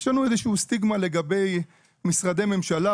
יש לנו איזושהי סטיגמה לגבי משרדי ממשלה,